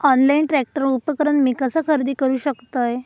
Online tractor उपकरण मी कसा खरेदी करू शकतय?